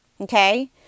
Okay